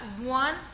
one